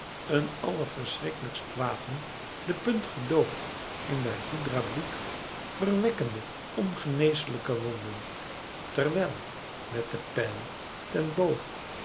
een allerverschriklijkst wapen de punt gedoopt in der hydra bloed verwekkende ongeneeslijke wonden terwijl met de pijl ten boog